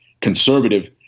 conservative